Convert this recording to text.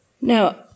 Now